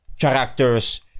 characters